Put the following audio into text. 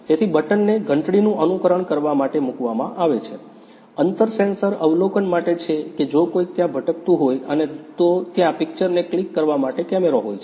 તેથી બટનને ઘંટડીનું અનુકરણ કરવા માટે મૂકવામાં આવે છે અંતર સેન્સર અવલોકન માટે છે કે જો કોઈક ત્યાં ભટકતો હોય અને તો ત્યાં પિક્ચર ને ક્લિક કરવા માટે કેમેરો હોય છે